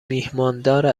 میهماندار